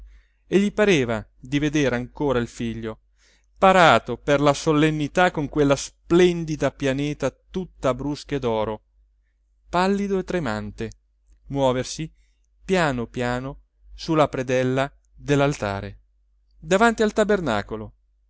e gli pareva di vedere ancora il figlio parato per la solennità con quella splendida pianeta tutta a brusche d'oro pallido e tremante muoversi piano piano su la predella dell'altare davanti al tabernacolo